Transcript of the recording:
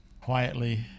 quietly